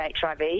HIV